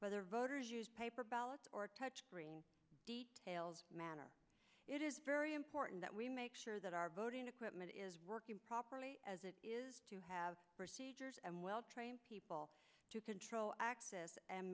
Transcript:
whether voters paper ballots or touchscreen tails manner it is very important that we make sure that our voting equipment is working properly as it is to have and well trained people to control access and